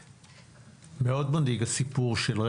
מאוד מדאיג הסיפור של,